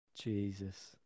Jesus